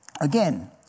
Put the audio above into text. again